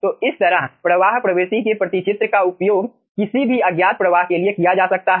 तो इस तरह प्रवाह प्रवृत्ति के प्रतिचित्र का उपयोग किसी भी अज्ञात प्रवाह के लिए किया जा सकता है